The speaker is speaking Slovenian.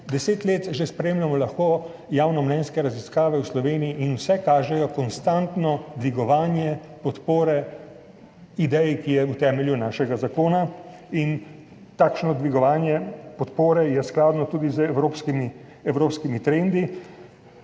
Deset let že lahko spremljamo javnomnenjske raziskave v Sloveniji in vse kažejo konstantno dvigovanje podpore ideji, ki je v temelju našega zakona, in takšno dvigovanje podpore je skladno tudi z evropskimi trendi.